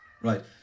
Right